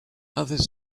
others